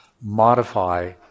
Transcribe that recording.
modify